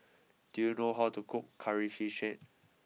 do you know how to cook Curry Fish Head